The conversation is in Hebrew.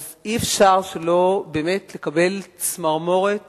אז אי-אפשר שלא לקבל באמת צמרמורת